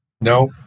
No